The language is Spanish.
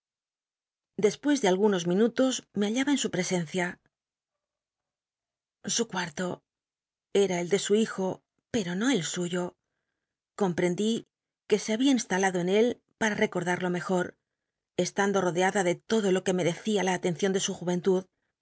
despucs de algunos minutos me hallaba en su presencia sr cuarto era el de su hijo pero no el suyo comprendí que se babia instalado en él para recor dado mejor estando rodeada de todo lo que mcrccia la alencion de su juenlud